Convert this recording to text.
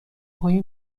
های